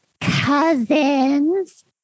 cousins